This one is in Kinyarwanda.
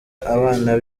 abana